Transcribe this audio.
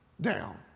Down